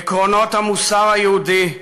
עקרונות המוסר היהודי,